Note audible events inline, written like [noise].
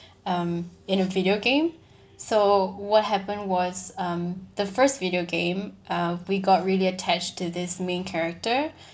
[breath] um in a video game so what happened was um the first video game uh we got really attached to this main character [breath]